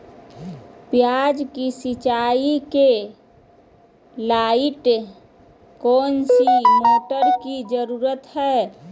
प्याज की सिंचाई के लाइट कौन सी मोटर की जरूरत है?